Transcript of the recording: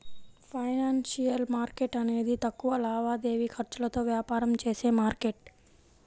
financial market అనేది తక్కువ లావాదేవీ ఖర్చులతో వ్యాపారం చేసే మార్కెట్